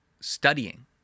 studying